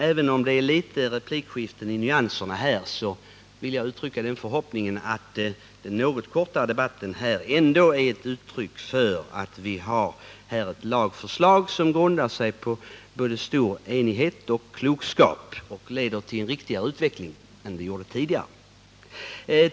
Även om det förekommer en del nyanser i replikskiftena här vill jag uttrycka den förhoppningen att den något kortare debatten i år är ett uttryck för att vi har ett lagförslag som grundar sig på både stor enighet och klokskap och leder till en riktigare utveckling än den tidigare lagen.